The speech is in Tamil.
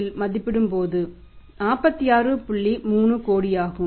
50 கோடி ஆகும்